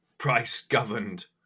price-governed